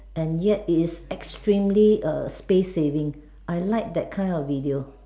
and yet it is extremely a space saving I like that kind of video